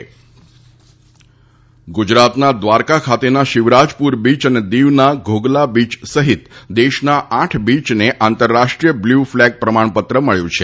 blue flag beach ગુજરાતના દ્વારકા ખાતેના Shivrajpur beach અને દીવના ધોગલા બીય સહિત દેશના આઠ બીચને આંતરરાષ્ટ્રીય બ્લુ ફલેગ પ્રમાણપત્ર મબ્યુ છે